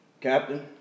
Captain